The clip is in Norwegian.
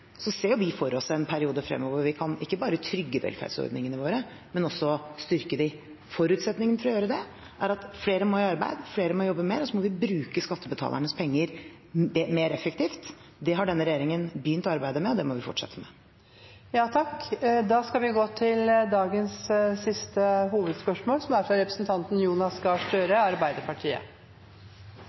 vi for oss en periode fremover hvor vi ikke bare kan trygge velferdsordningene våre, men også styrke dem. Forutsetningen for å gjøre det er at flere må i arbeid, flere må jobbe mer, og vi må bruke skattebetalernes penger mer effektivt. Det har denne regjeringen begynt arbeidet med, og det må vi fortsette med. Vi går videre til dagens siste hovedspørsmål. Denne perspektivmeldingen er